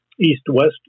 east-west